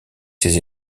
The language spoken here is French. ses